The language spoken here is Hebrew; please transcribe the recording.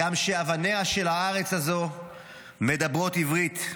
הגם שאבניה של הארץ הזאת מדברות עברית.